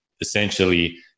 essentially